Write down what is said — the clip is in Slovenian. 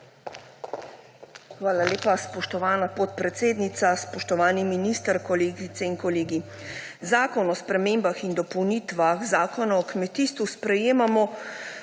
Hvala lepa, spoštovana podpredsednica. Spoštovani minister, kolegice in kolegi! Zakon o spremembah in dopolnitvah Zakona o kmetijstvu sprejemamo,